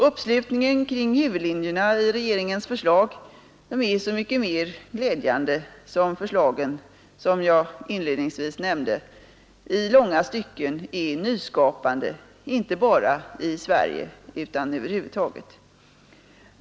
Uppslutningen kring huvudlinjerna i regeringens förslag är så mycket mer glädjande som förslagen — som jag inledningsvis nämnde — i långa stycken är nyskapande inte bara i Sverige utan över huvud taget.